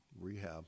rehab